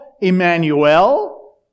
Emmanuel